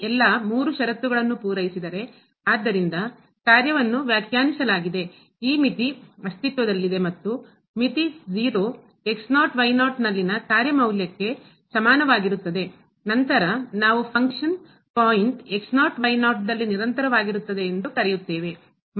ಈ ಎಲ್ಲಾ ಮೂರು ಷರತ್ತುಗಳನ್ನು ಪೂರೈಸಿದರೆ ಆದ್ದರಿಂದ ಕಾರ್ಯವನ್ನು ವ್ಯಾಖ್ಯಾನಿಸಲಾಗಿದೆ ಈ ಮಿತಿ ಅಸ್ತಿತ್ವದಲ್ಲಿದೆ ಮತ್ತು ಮಿತಿ 0 ನಲ್ಲಿನ ಕಾರ್ಯ ಮೌಲ್ಯಕ್ಕೆ ಸಮಾನವಾಗಿರುತ್ತದೆ ನಂತರ ನಾವು ಫಂಕ್ಷನ್ ಕಾರ್ಯವು ಪಾಯಿಂಟ್ ದಲ್ಲಿ ನಿರಂತರವಾಗಿರುತ್ತದೆ ಎಂದು ಕರೆಯುತ್ತೇವೆ